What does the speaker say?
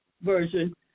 version